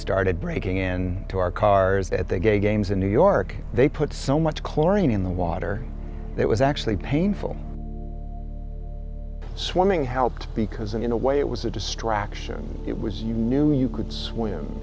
started breaking in to our cars at the gay games in new york they put so much chlorine in the water that was actually painful swimming helped because in a way it was a distraction it was you knew you could swim